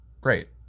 Great